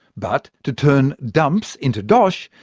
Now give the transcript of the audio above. but to turn dumps into dosh,